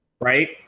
Right